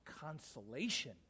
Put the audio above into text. consolation